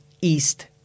east